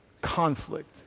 conflict